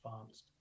advanced